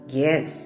yes